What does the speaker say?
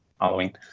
Halloween